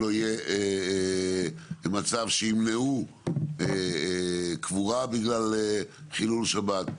שלא יהיה מצב שימנעו קבורה בגלל חילול שבת,